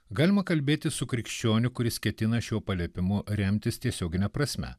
galima kalbėtis su krikščioniu kuris ketina šiuo paliepimu remtis tiesiogine prasme